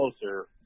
closer